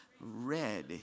Red